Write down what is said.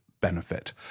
benefit